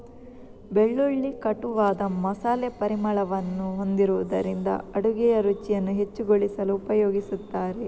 ಬೆಳ್ಳುಳ್ಳಿ ಕಟುವಾದ ಮಸಾಲೆ ಪರಿಮಳವನ್ನು ಹೊಂದಿರುವುದರಿಂದ ಅಡುಗೆಯ ರುಚಿಯನ್ನು ಹೆಚ್ಚುಗೊಳಿಸಲು ಉಪಯೋಗಿಸುತ್ತಾರೆ